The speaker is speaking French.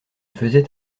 faisait